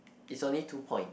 is only two point